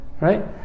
Right